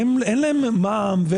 אין להם מע"מ.